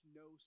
no